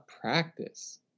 practice